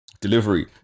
delivery